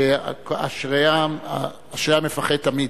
אשרי המפחד תמיד.